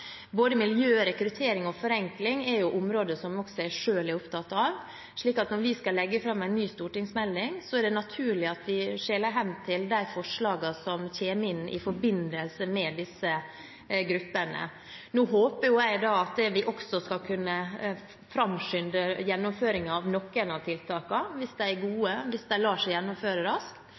Både miljø, rekruttering og forenkling er områder jeg selv også er opptatt av, slik at når vi skal legge fram en ny stortingsmelding, er det naturlig at vi skjeler hen til de forslagene som kommer inn i forbindelse med disse gruppene. Nå håper jo jeg at vi skal kunne framskynde gjennomføringen av noen av tiltakene, hvis de er gode, og hvis de lar seg gjennomføre raskt,